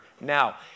now